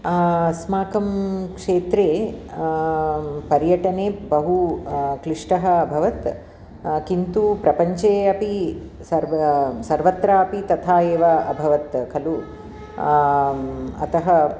अस्माकं क्षेत्रे पर्यटने बहु क्लिष्टः अभवत् किन्तु प्रपञ्चे अपि सर्वे सर्वत्रापि तथा एव अभवत् खलु अतः